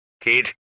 Kid